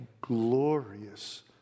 glorious